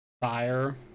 Fire